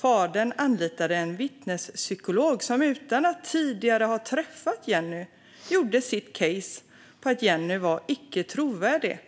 Fadern anlitade en vittnespsykolog som utan att tidigare ha träffat Jenny byggde sitt case på att pappan var trovärdig